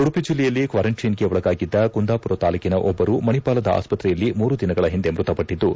ಉಡುಪಿ ಜಿಲ್ಲೆಯಲ್ಲಿ ಕ್ವಾರಂಟೈನ್ಗೆ ಒಳಗಾಗಿದ್ದ ಕುಂದಾಪುರ ತಾಲೂಕಿನ ಒಬ್ಬರು ಮಣಿಪಾಲದ ಆಸ್ಪತ್ತೆಯಲ್ಲಿ ಮೂರು ದಿನಗಳ ಹಿಂದೆ ಮೃತಪಟ್ಟದ್ದು